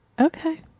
Okay